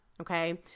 okay